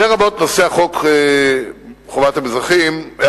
לרבות נושא חוק חובת המכרזים,